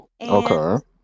Okay